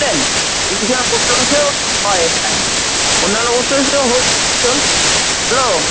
division post অফিসেও হয় এটার অন্যান্য পোষ্ট অফিসেও হচ্ছে হ্যালো